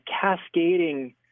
cascading